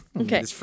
Okay